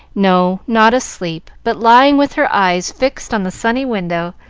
no, not asleep, but lying with her eyes fixed on the sunny window,